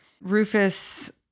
Rufus